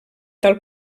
tal